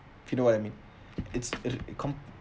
you know what I mean it's it come